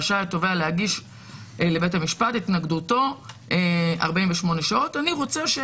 רשאי התובע להגיש לבית המשפט את התנגדותו לכך במעמד